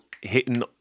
hitting